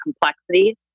complexity